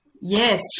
Yes